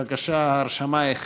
בבקשה, ההרשמה החלה.